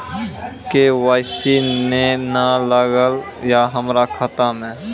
KYC ने न लागल या हमरा खाता मैं?